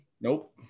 Nope